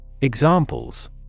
Examples